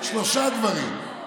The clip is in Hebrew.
שלושה דברים.